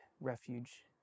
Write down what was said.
refuge